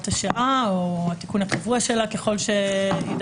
השעה או התיקון הקבוע שלה ככל שיידרש.